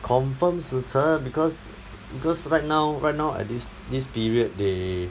confirm 死城 because because right now right now at this this period they